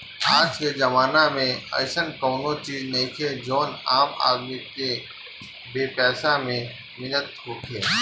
आजके जमाना में अइसन कवनो चीज नइखे जवन आम आदमी के बेपैसा में मिलत होखे